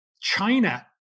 China